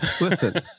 Listen